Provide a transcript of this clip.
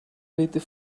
little